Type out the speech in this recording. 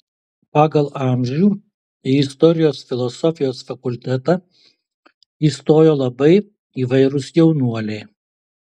pagal amžių į istorijos filosofijos fakultetą įstojo labai įvairūs jaunuoliai